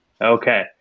okay